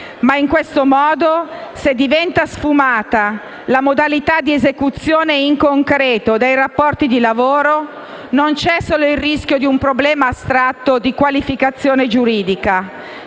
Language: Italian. Ma in questo modo, se diventa sfumata la modalità di esecuzione in concreto dei rapporti di lavoro, non c'è solo il rischio di un problema astratto di qualificazione giuridica.